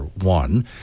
one